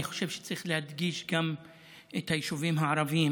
אני חושב שצריך להדגיש גם את היישובים הערביים,